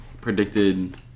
predicted